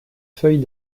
feuille